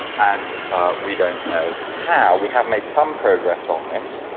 and we don't know how. we have made some progress on this.